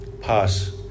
pass